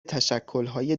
تشکلهای